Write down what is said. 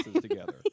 together